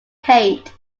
kate